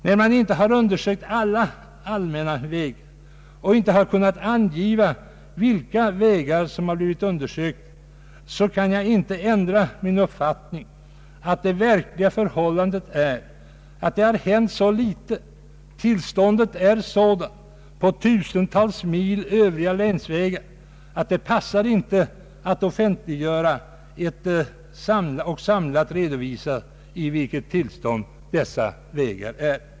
När man inte har undersökt alla allmänna vägar och inte har kunnat ange vilka vägar som blivit undersökta, så kan jag inte ändra min uppfattning att det har hänt så litet på detta område. Tillståndet är sådant med tusentals mil övriga länsvägar att det inte passar att komma med en offentlig och samlad redovisning härom.